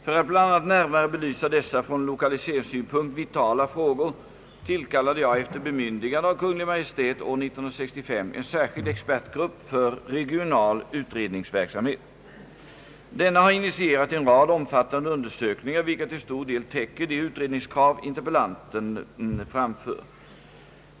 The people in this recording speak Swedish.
För att bl.a. närmare belysa dessa från lokaliseringssynpunkt vitala frågor tillkallade jag efter bemyndigande av Kungl. Maj:t år 1965 en särskild expertgrupp för regional = utredningsverksamhet . Denna har initierat en rad omfattande undersökningar vilka till stor del täcker de utredningskrav interpellanten framför.